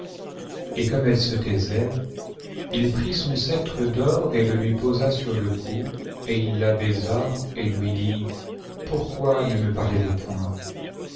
et comme elle se taisait il prit son sceptre d'or et le lui posa sur le cou et il la baisa et lui dit pourquoi ne mo parlez-vous point